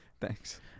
Thanks